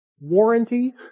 warranty